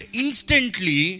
instantly